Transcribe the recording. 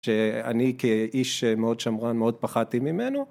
שאני כאיש מאוד שמרן מאוד פחדתי ממנו.